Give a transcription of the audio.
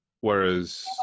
Whereas